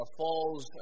falls